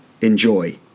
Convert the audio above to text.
enjoy